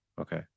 Okay